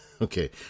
okay